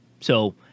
So-